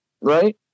right